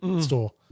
store